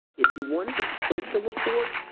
if you wanted to print the report,